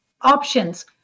options